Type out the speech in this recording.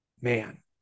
man